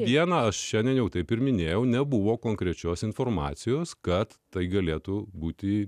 dieną aš šiandien jau taip ir minėjau nebuvo konkrečios informacijos kad tai galėtų būti